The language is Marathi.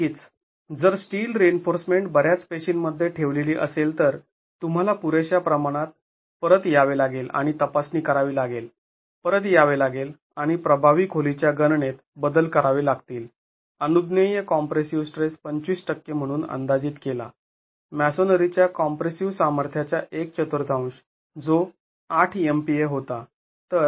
नक्कीच जर स्टील रिइन्फोर्समेंट बऱ्याच पेशीं मध्ये ठेवलेली असेल तर तुम्हाला पुरेशा प्रमाणात परत यावे लागेल आणि तपासणी करावी लागेल परत यावे लागेल आणि प्रभावी खोलीच्या गणनेत बदल करावे लागतील अनुज्ञेय कॉम्प्रेसिव स्ट्रेस २५ टक्के म्हणून अंदाजीत केला मॅसोनरीच्या कॉम्प्रेसिव सामर्थ्याच्या एक चतुर्थांश जो ८ MPa होता